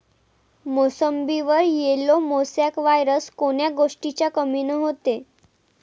मोसंबीवर yellow mosaic virus कोन्या गोष्टीच्या कमीनं होते?